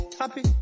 happy